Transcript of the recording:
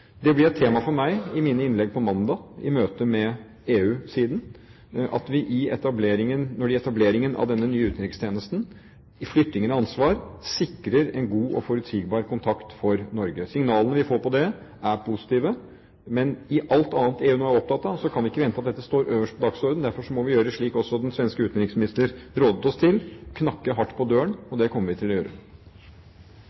Det blir et tema for meg i mine innlegg på mandag i møte med EU-siden at vi nå ved etableringen av denne nye utenrikstjenesten, i flyttingen av ansvaret, sikrer en god og forutsigbar dialog for Norge. Signalene vi får på det, er positive. Men opp i alt annet EU nå er opptatt av, kan vi ikke vente at dette står øverst på dagsordenen. Derfor må vi gjøre slik den svenske utenriksminister rådet oss til: knakke hardt på døren.